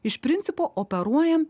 iš principo operuojam